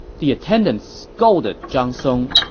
the attendants scolded zhang song,